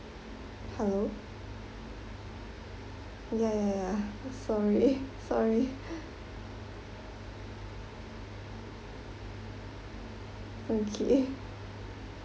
hello ya ya ya ya sorry sorry okay